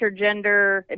intergender